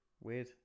weird